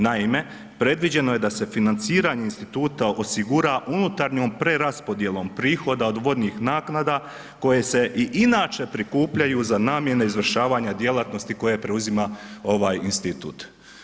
Naime, predviđeno je da se financiranje instituta osigura unutarnjom preraspodjelom prihoda od vodnih naknada koje se i inače prikupljaju za namjene izvršavanja djelatnosti koje preuzima ovaj institut.